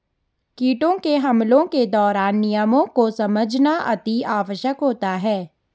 कीटों के हमलों के दौरान नियमों को समझना अति आवश्यक होता है